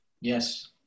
Yes